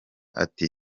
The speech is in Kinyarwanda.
ati